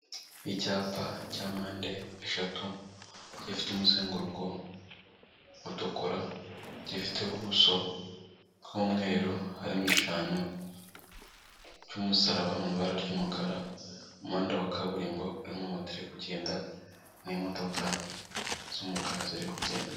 Icyapa cya mpande eshatu gifite umuzenguruko utukura, gifite ubuso bw'umweru, harimo eshanu cy'umusaraba mu ibara ry'umukara, umuhanda kaburimbo urimo moto irimo kugenda n'imodoka z'umukara ziri kugenda.